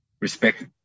respect